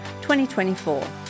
2024